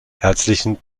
herzlichen